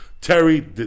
Terry